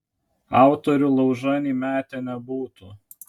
autorių laužan įmetę nebūtų